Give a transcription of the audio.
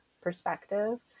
perspective